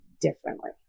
differently